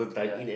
ya